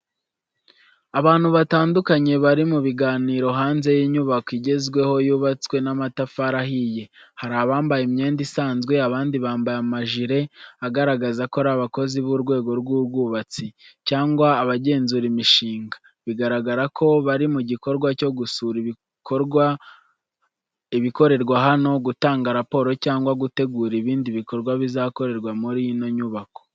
Abantu batandukanye bari mu biganiro hanze y’inyubako igezweho yubatswe n’amatafari ahiye. Hari abambaye imyenda isanzwe, abandi bambaye amajire agaragaza ko ari abakozi b’urwego rw’ubwubatsi cyangwa abagenzura imishinga. Bigaragara ko bari mu gikorwa cyo gusura ibikorerwa hano, gutanga raporo cyangwa gutegura ibindi bikorwa bizakorerwa muri ino nyubako.